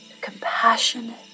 compassionate